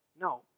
No